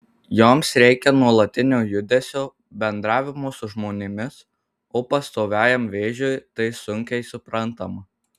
joms reikia nuolatinio judesio bendravimo su žmonėmis o pastoviajam vėžiui tai sunkiai suprantama